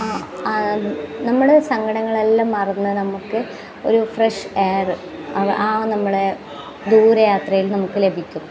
നമ്മുടെ സങ്കടങ്ങളെല്ലാം മറന്ന് നമുക്ക് ഒരു ഫ്രഷ് എയർ ആ നമ്മുടെ ദൂര യാത്രയിൽ നമുക്ക് ലഭിക്കും അപ്പോൾ